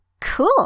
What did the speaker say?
Cool